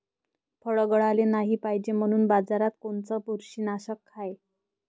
फळं गळाले नाही पायजे म्हनून बाजारात कोनचं बुरशीनाशक हाय?